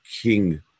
king